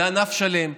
זה ענף שלם.